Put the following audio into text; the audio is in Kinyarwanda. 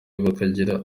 bakagira